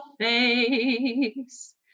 face